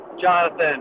Jonathan